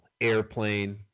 Airplane